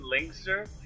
Linkster